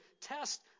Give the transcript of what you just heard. test